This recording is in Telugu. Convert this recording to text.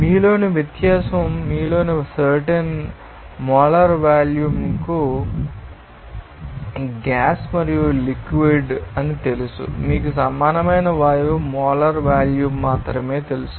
మీలోని వ్యత్యాసం మీలోని సర్టెన్ మోలార్ వాల్యూమ్కు గ్యాస్ మరియు లిక్విడ్ తెలుసు అని మీకు తెలుసు మీకు సమానమైన వాయువు మోలార్ వాల్యూమ్ మాత్రమే తెలుసు